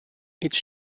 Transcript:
its